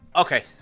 Okay